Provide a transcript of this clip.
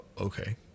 okay